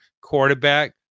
quarterback